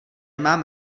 mám